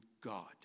God